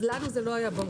ולנו זה לא היה ברור.